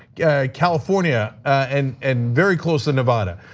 yeah california, and and very close in nevada.